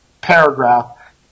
paragraph